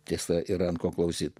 tiesa yra ko klausyti